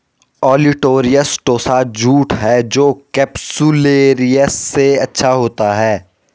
olitorius tossa jute है जो capsularis से अच्छा होता है